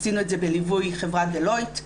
עשינו את זה בליווי חברת דלויט,